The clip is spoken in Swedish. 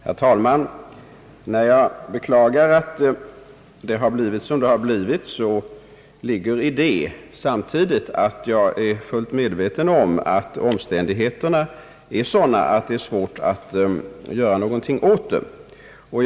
Herr talman! När jag beklagar att förhållandena har blivit som de är, så ligger i det samtidigt att jag är fullt medveten om att omständigheterna är sådana att det är svårt att åstadkomma någon förbättring.